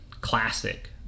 Classic